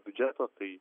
biudžeto tai